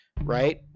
right